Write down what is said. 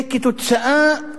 שכתוצאה,